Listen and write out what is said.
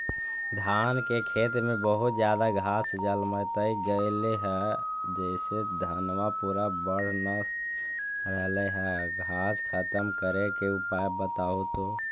धान के खेत में बहुत ज्यादा घास जलमतइ गेले हे जेसे धनबा पुरा बढ़ न रहले हे घास खत्म करें के उपाय बताहु तो?